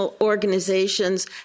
organizations